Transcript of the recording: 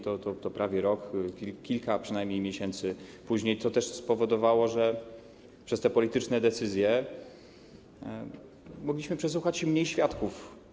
To było prawie rok, a przynajmniej kilka miesięcy później, co też spowodowało, że przez te polityczne decyzje mogliśmy przesłuchać mniej świadków.